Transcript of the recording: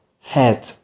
head